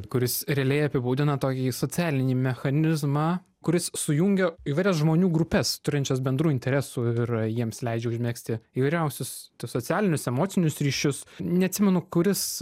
kuris realiai apibūdina tokį socialinį mechanizmą kuris sujungia įvairias žmonių grupes turinčias bendrų interesų ir jiems leidžia užmegzti įvairiausius socialinius emocinius ryšius neatsimenu kuris